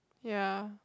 ya